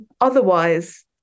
otherwise